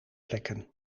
plekken